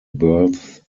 birth